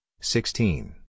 sixteen